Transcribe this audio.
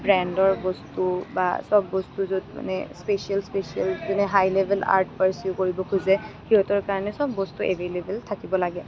ব্ৰেণ্ডৰ বস্তু বা সব বস্তু য'ত মানে ষ্পেচিয়েল ষ্পেচিয়েল যোনে হাই লেভেল আৰ্ট পাৰশ্ব্যু কৰিব খোজে সিহঁতৰ কাৰণে সব বস্তু এভেইলেভল থাকিব লাগে